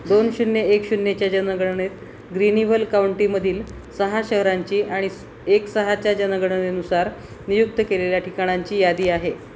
दोन शून्य एक शून्यच्या जनगणनेत ग्रीनिवल काउंटीमधील सहा शहरांची आणि एक सहाच्या जनगणनेनुसार नियुक्त केलेल्या ठिकाणांची यादी आहे